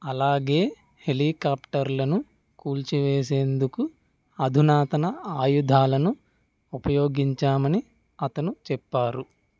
అలాగే హెలికాప్టర్లను కూల్చివేసేందుకు అధునాతన ఆయుధాలను ఉపయోగించామని అతను చెప్పారు